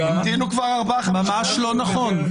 ממש לא נכון.